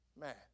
Man